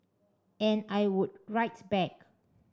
and I would write back